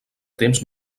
temps